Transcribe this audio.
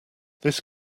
this